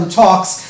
talks